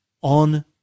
On